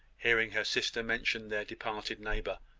hearing her sister mention their departed neighbour,